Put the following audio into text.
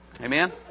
Amen